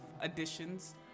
additions